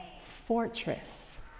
fortress